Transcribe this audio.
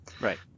Right